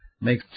Make